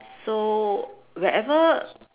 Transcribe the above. so wherever